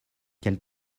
quelle